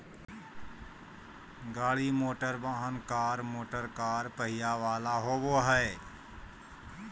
गाड़ी मोटरवाहन, car motorcar पहिया वला वाहन होबो हइ